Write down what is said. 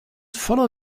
follow